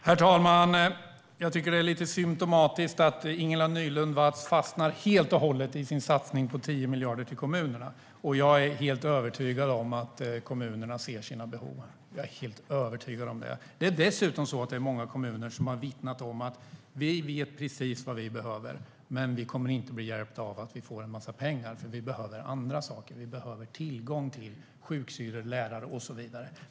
Herr talman! Jag tycker att det är lite symtomatiskt att Ingela Nylund Watz helt och hållet fastnar i sin satsning på 10 miljarder till kommunerna. Jag är helt övertygad om att kommunerna ser sina behov - helt övertygad. Dessutom har många kommuner vittnat och sagt: Vi vet precis vad vi behöver, men vi kommer inte att bli hjälpta av att få en massa pengar, för vi behöver andra saker - behöver tillgång till sjuksystrar, lärare och så vidare.